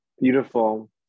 Beautiful